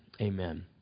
amen